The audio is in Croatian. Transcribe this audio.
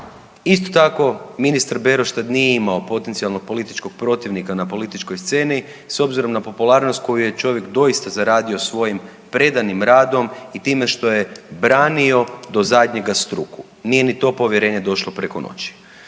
Isto tako, ministar Beroš tad nije imao potencijalnog političkog protivnika na političkoj sceni, s obzirom na popularnost koju je čovjek doista zaradio svojim predanim radom i time što je branio do zadnjega struku. Nije ni to povjerenje došlo preko noći.